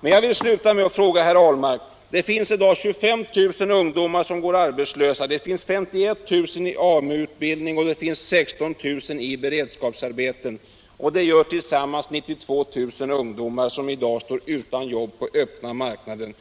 Jag vill avsluta med att ställa en fråga till herr Ahlmark. Det finns i dag 25 000 ungdomar som går arbetslösa. Det finns 51 000i AMU-utbildning. Och det finns 16 000 i beredskapsarbeten. Det gör tillsammans 92 000 ungdomar som i dag står utan arbete på den öppna marknaden.